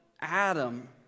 Adam